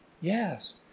Yes